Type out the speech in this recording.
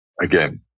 Again